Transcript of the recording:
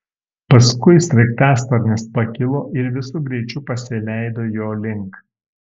paskui sraigtasparnis pakilo ir visu greičiu pasileido jo link